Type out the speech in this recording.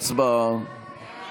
הצבעה.